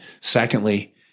secondly